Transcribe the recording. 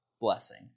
blessing